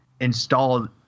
installed